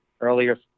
Earlier